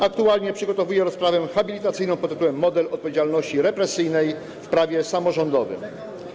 Aktualnie przygotowuje rozprawę habilitacyjną pt. „Model odpowiedzialności represyjnej w prawie samorządowym”